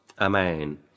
Amen